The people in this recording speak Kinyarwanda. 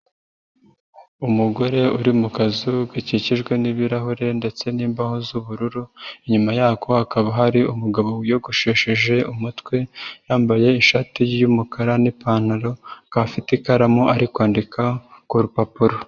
Umugore uri mu kazu gakikijwe n'ibirahure ndetse n'imbaho z'ubururu, inyuma yako hakaba hari umugabo wiyogoshesheje umutwe, yambaye ishati y'umukara npantaro, akaba afite ikaramu ari kwandika ku rupapuro.